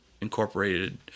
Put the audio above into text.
incorporated